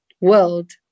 world